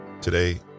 Today